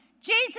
Jesus